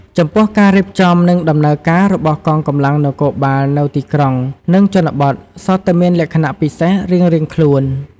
ចំពោះការរៀបចំ និងដំណើរការរបស់កងកម្លាំងនគរបាលនៅទីក្រុង និងជនបទ សុទ្ធតែមានលក្ខណៈពិសេសរៀងៗខ្លួន។